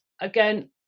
again